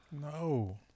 No